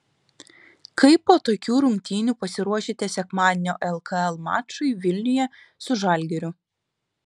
kaip po tokių rungtynių pasiruošite sekmadienio lkl mačui vilniuje su žalgiriu